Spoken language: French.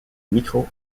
micro